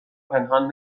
پنهان